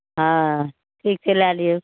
हँ ठीक छै लए लिऔ